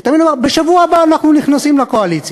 שתמיד אמר: בשבוע הבא אנחנו נכנסים לקואליציה.